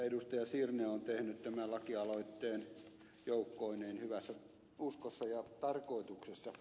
sirnö joukkoineen on tehnyt tämän lakialoitteen hyvässä uskossa ja tarkoituksessa